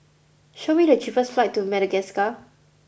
show me the cheapest flights to Madagascar